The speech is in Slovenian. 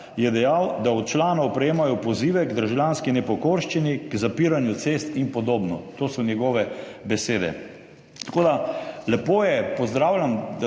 je dejal, da od članov prejemajo pozive k državljanski nepokorščini, k zapiranju cest in podobno. To so njegove besede. Lepo je, pozdravljam